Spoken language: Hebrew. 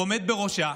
והוא עומד בראשה,